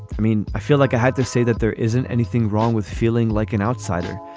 i mean i feel like i had to say that there isn't anything wrong with feeling like an outsider.